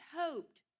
hoped